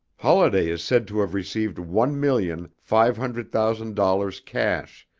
holladay is said to have received one million five hundred thousand dollars cash,